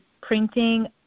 printing